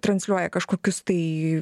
transliuoja kažkokius tai